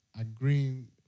agreeing